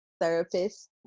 therapist